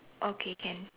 okay can